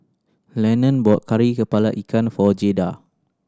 Lennon bought Kari Kepala Ikan for Jaeda